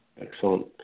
Excellent